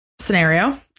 scenario